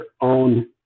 own